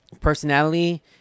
personality